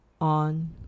on